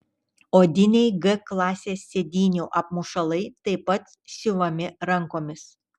odiniai g klasės sėdynių apmušalai taip pat siuvami rankomis